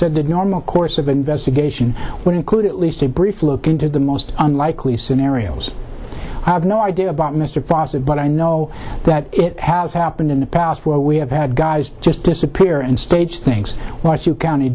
said the normal course of investigation would include at least a brief look into the most unlikely scenarios i have no idea about mr fossett but i know that it has happened in the past where we have had guys just disappear and stage things what you county